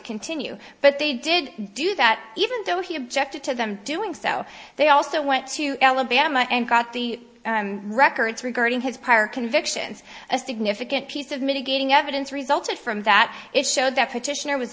continue but they did do that even though he objected to them doing so they also went to alabama and got the records regarding his prior convictions a significant piece of mitigating evidence resulted from that it showed that petitioner w